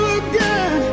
again